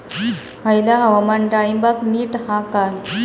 हयला हवामान डाळींबाक नीट हा काय?